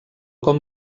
com